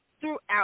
throughout